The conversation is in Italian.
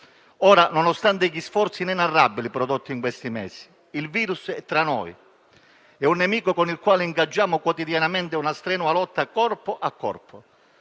Ora, nonostante gli sforzi inenarrabili prodotti in questi mesi, il virus è tra noi, è un nemico con il quale ingaggiamo quotidianamente una strenua lotta corpo a corpo.